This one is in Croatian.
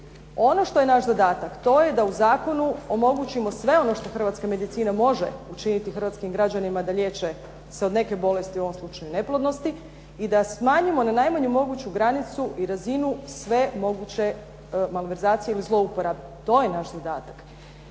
Ono što je naš zadatak, to je da u zakonu omogućimo sve ono što hrvatska medicina može učiniti hrvatskim građanima da liječe se od neke bolesti, u ovom slučaju od neplodnosti, i da smanjimo na najmanju moguću granicu i razinu sve moguće malverzacije ili zlouporabe. To je naš zadatak.